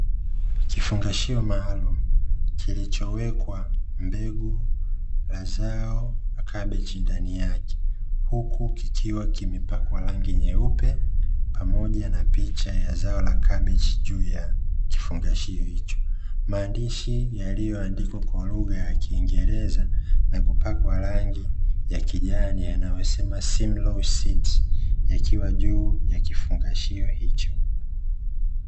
Kifungashio maalum kilichowekwa mbegu la zao la kabichi ndani yake, Huku kikiwa kimepakwa rangi nyeupe pamoja na picha ya zao la kabichi juu ya kifungashio hicho maandishi yaliyo andikwa kwa lugha ya kiingereza na kupakwa rangi ya kijani yanayosomeka "SIMLAW SEEDS" yakiwa juu ya kifungashio hicho.